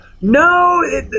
No